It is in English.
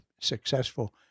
successful